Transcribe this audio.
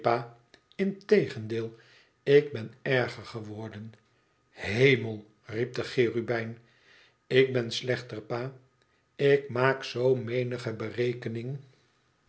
integendeel ik ben erger geworden hemel i riep de cherubijn ik ben slechter pa ik maak zoo menige berekening